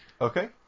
Okay